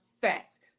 facts